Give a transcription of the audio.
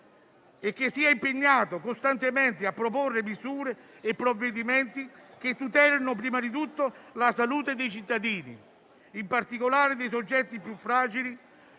e sia impegnato costantemente a proporre misure e provvedimenti che tutelino prima di tutto la salute dei cittadini, in particolare dei soggetti più fragili